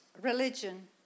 religion